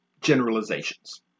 generalizations